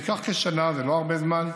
זה ייקח כשנה, זה לא הרבה זמן,